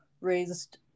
raised